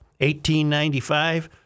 1895